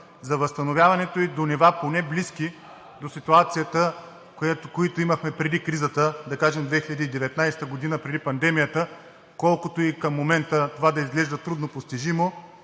за възстановяването ѝ до нива поне близки до ситуацията, която имахме преди кризата, да кажем преди 2019 г. – преди пандемията, колкото и към момента това да изглежда трудно постижимо,